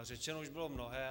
Řečeno už bylo mnohé.